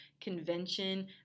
convention